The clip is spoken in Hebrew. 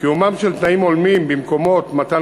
קיומם של תנאים הולמים במקומות מתן